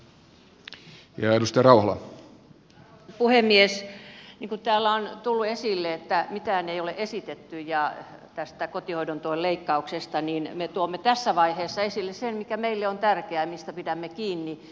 niin kuin täällä on tullut esille että mitään ei ole esitetty tästä kotihoidon tuen leikkauksesta me tuomme tässä vaiheessa esille sen mikä meille on tärkeää ja mistä pidämme kiinni